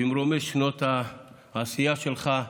ממרומי שנות העשייה שלך,